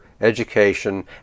education